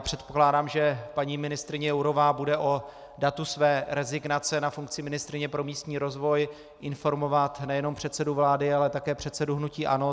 Předpokládám, že paní ministryně Jourová bude o datu své rezignace na funkci ministryně pro místní rozvoj informovat nejenom předsedu vlády, ale také předsedu hnutí ANO.